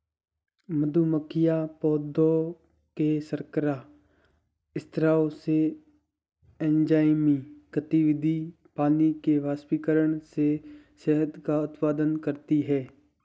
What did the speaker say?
मधुमक्खियां पौधों के शर्करा स्राव से, एंजाइमी गतिविधि, पानी के वाष्पीकरण से शहद का उत्पादन करती हैं